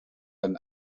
ein